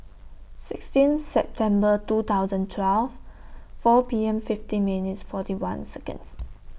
sixteen September two thousand twelve four P M fifty minutes forty one Seconds